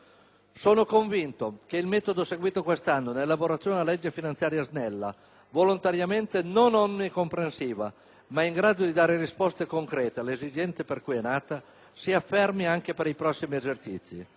Sono convinto che il metodo seguito quest'anno nell'elaborazione di una legge finanziaria snella, volontariamente non onnicomprensiva ma in grado di dare risposte concrete alle esigenze per cui è nata, si affermi anche per i prossimi esercizi.